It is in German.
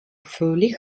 völlig